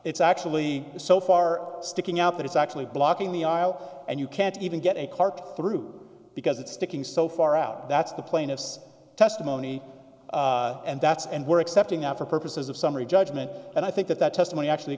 it's actually so far sticking out that it's actually blocking the aisle and you can't even get a card through because it's sticking so far out that's the plaintiff's testimony and that's and we're accepting that for purposes of summary judgment and i think that that testimony actually